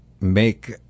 make